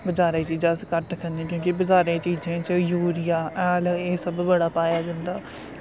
बजारे दी चीजां अस घट्ट खन्ने क्योंकि बजारे दी चीजें च यूरिया हैल एह् सब बड़ा पाया जंदा